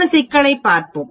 ஒரு சிக்கலைப் பார்ப்போம்